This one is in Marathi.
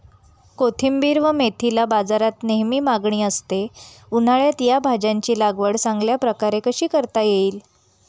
कोथिंबिर व मेथीला बाजारात नेहमी मागणी असते, उन्हाळ्यात या भाज्यांची लागवड चांगल्या प्रकारे कशी करता येईल?